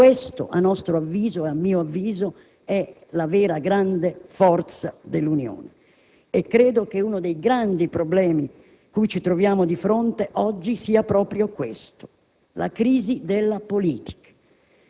Questa, a nostro avviso e a mio avviso, è la vera grande forza dell'Unione e credo che uno dei grandi problemi cui ci troviamo di fronte oggi sia proprio la crisi della politica,